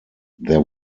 there